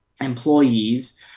employees